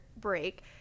break